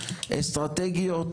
אסטרטגיות,